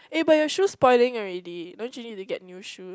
eh but your shoes spoiling already don't you need to get new shoe